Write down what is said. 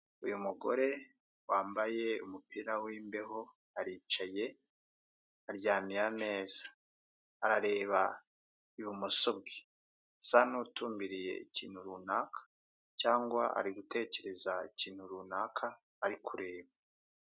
Uyu mugore wambaye umupira w'imbeho aricaye aryamiye ameza arareba ibumoso bwe asa nutumbiriye ikintu runaka cyangwa ari gutekereza ikintu runaka ari kureba.